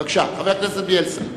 בבקשה, חבר הכנסת בילסקי.